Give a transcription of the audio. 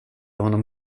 honom